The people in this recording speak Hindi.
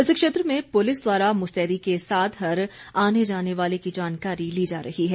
इस क्षेत्र में पुलिस द्वारा मुस्तैदी के साथ हर आने जाने वाले की जानकारी ली जा रही है